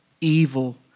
evil